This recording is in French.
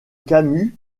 camus